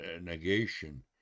negation